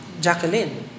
Jacqueline